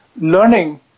Learning